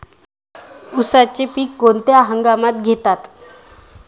उसाचे पीक कोणत्या हंगामात घेतात?